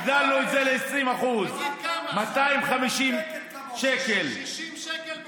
הגדלנו את זה ל-20% 60 שקל בחודש,